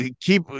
keep